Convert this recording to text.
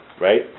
right